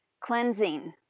cleansing